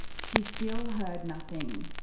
she's still heard nothing.